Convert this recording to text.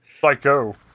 Psycho